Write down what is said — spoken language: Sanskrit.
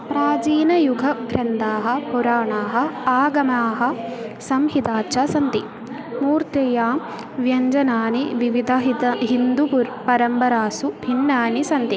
प्राचीनयुग ग्रन्थाः पुराणानि आगमाः संहिता च सन्ति मूर्त्यां व्यञ्जनानि विविधहित हिन्दुपुर् परम्परासु भिन्नानि सन्ति